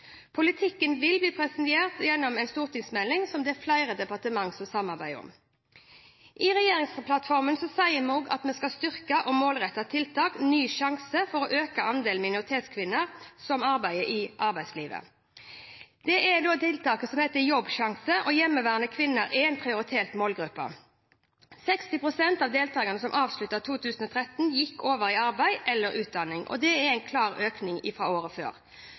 Politikken vil bli presentert gjennom en stortingsmelding som flere departementer samarbeider om. I regjeringsplattformen sier vi at vi skal styrke og målrette tiltaket Ny sjanse for å øke andelen minoritetskvinner som deltar i arbeidslivet. Det er det tiltaket som i dag heter Jobbsjansen, og hjemmeværende kvinner er en prioritert målgruppe. 60 pst. av deltakerne som avsluttet i 2013, gikk over i arbeid eller utdanning. Det er en klar økning fra året før.